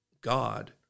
God